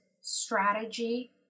strategy